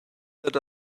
that